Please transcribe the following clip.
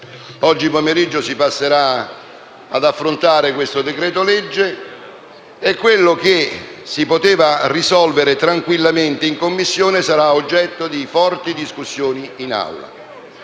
Oggi pomeriggio si passerà ad affrontare questo decreto-legge e quello che si poteva risolvere tranquillamente in Commissione, sarà oggetto di forti discussioni in Aula.